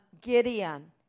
Gideon